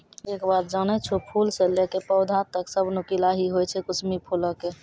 एक बात जानै छौ, फूल स लैकॅ पौधा तक सब नुकीला हीं होय छै कुसमी फूलो के